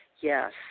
Yes